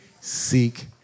seek